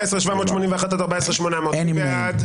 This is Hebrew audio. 14,781 עד 14,800, מי בעד?